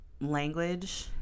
language